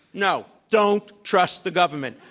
no. don't trust the government.